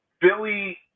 Billy